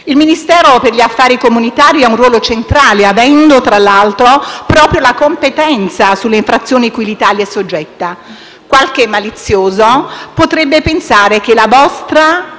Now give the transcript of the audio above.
Il Ministero per gli affari comunitari ha un ruolo centrale, avendo tra l'altro proprio la competenza sulle infrazioni cui l'Italia è soggetta. Qualche malizioso potrebbe pensare che la vostra